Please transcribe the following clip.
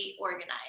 organized